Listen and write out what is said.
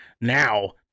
now